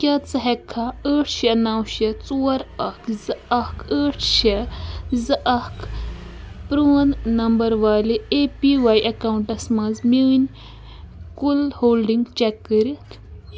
کیٛاہ ژٕ ہیٛککھا ٲٹھ شےٚ نَو شےٚ ژور اَکھ زٕ اَکھ ٲٹھ شےٚ زٕ اَکھ پرٛون نمبر والہِ اے پی واٮٔی اکاؤنٹس مَنٛز میٛٲنۍ کُل ہولڈِنٛگ چیک کٔرِتھ